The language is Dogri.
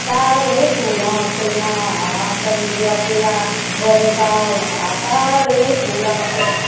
धारें धुड़ां पेइयां कंढिया पेआ बरसाला धारें धुड़ां पेइयां